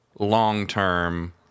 long-term